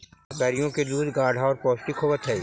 बकरियों के दूध गाढ़ा और पौष्टिक होवत हई